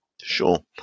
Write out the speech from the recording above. Sure